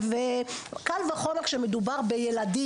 קל וחומר שמדובר בילדים,